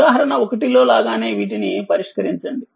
ఉదాహరణ 1 లో లాగానే వీటిని పరిష్కరించండి